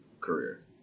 career